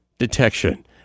Detection